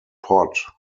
pod